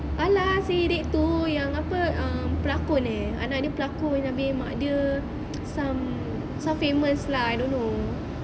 !alah! si dia tu yang apa um pelakon eh anak dia pelakon abeh mak dia some some famous lah I don't know